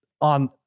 on